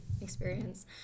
Experience